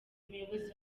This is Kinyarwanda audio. umuyobozi